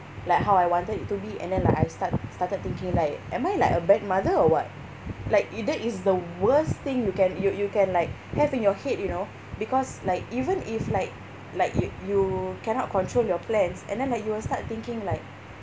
like how I wanted it to be and then like I start started thinking like am I like a bad mother or what like that is the worst thing you can you you can like have in your head you know because like even if like like you you cannot control your plans and then like you will start thinking like